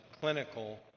clinical